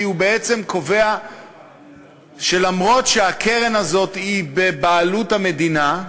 כי הוא בעצם קובע שגם אם הקרן הזאת היא בבעלות המדינה,